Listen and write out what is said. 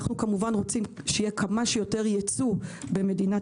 אנו רוצים שיהיה כמה שיותר ייצוא במדינת